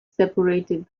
separated